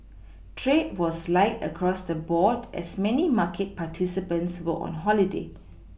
trade was light across the board as many market participants were on holiday